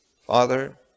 Father